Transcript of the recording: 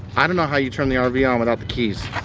i don't know how you turn the rv yeah on without the keys.